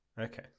Okay